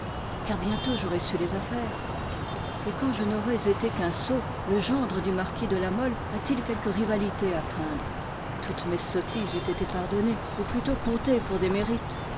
car bientôt j'aurais su les affaires et quand je n'aurais été qu'un sot le gendre du marquis de la mole a-t-il quelque rivalité à craindre toutes mes sottises eussent été pardonnées ou plutôt comptées pour des mérites